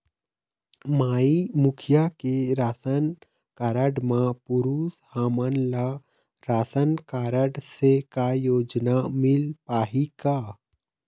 माई मुखिया के ration card म पुरुष हमन ला रासनकारड से का योजना मिल पाही का?